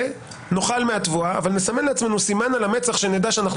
החליטו שיאכלו מהתבואה אבל יסמנו על עצמם סימן על המצח שידעו שהם